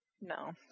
No